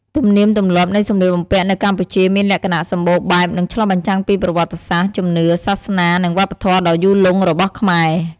ទំនៀមទម្លាប់នៃសម្លៀកបំពាក់នៅកម្ពុជាមានលក្ខណៈសម្បូរបែប និងឆ្លុះបញ្ចាំងពីប្រវត្តិសាស្ត្រ ជំនឿសាសនា និងវប្បធម៌ដ៏យូរលង់របស់ខ្មែរ។